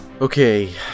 Okay